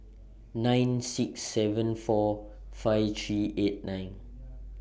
nine six seven four five three eight nine